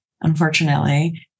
unfortunately